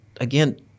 again